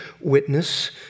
witness